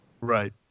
Right